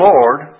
Lord